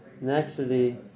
naturally